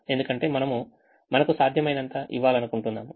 ఎందుకంటే మనము మనకు సాధ్యమైనంత ఇవ్వాలనుకుంటున్నాము